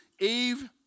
Eve